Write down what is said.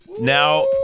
Now